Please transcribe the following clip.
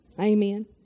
Amen